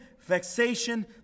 vexation